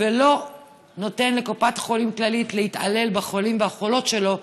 ולא לתת לקופת חולים כללית להתעלל בחולים ובחולות שלו,